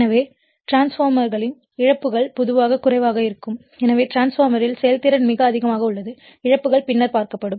எனவே டிரான்ஸ்பார்மர்களின் இழப்புகள் பொதுவாக குறைவாக இருக்கும் எனவே டிரான்ஸ்பார்மர்யின் செயல்திறன் மிக அதிகமாக உள்ளது இழப்புகள் பின்னர் பார்க்கப்படும்